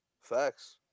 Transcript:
Facts